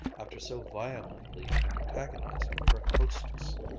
after so violently antagonizing her hostess.